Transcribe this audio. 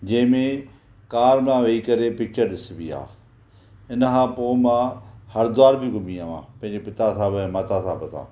जंहिं में कार मां वेही करे पिक्चर ॾिसबी आहे इनखां पोइ मां हरीद्वार बि घुमी आयो आहियां पंहिंजे पिता साहिब ऐं माता साहिब सां